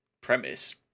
premise